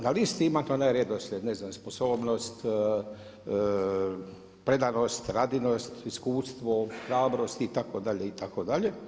Na listi imate redoslijed za sposobnost, predanost, radinost, iskustvo, hrabrost itd. itd.